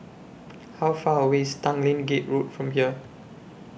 How Far away IS Tanglin Gate Road from here